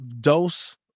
dose